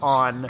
on